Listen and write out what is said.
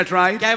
right